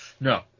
No